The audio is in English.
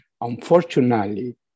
unfortunately